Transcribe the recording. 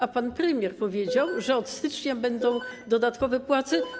A pan premier powiedział, że od stycznia będą dodatkowe płace.